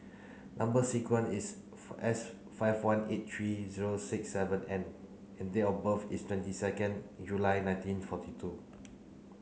number sequence is S five one eight three zero six seven N and date of birth is twenty second July nineteen forty two